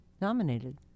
nominated